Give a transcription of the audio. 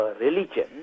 religion